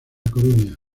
coruña